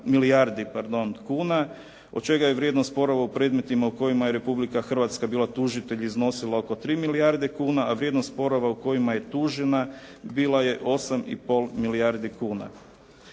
milijardi kuna od čega je vrijednost sporova u predmetima u kojima je Republika Hrvatska bila tužitelj iznosila oko 3 milijarde kuna a vrijednost sporova u kojima je tužena bila je 8,5 milijardi kuna.